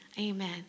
Amen